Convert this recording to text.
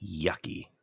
Yucky